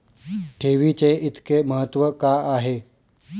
ठेवीचे इतके महत्व का आहे?